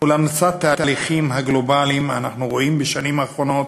אולם לצד התהליכים הגלובליים אנחנו רואים בשנים האחרונות,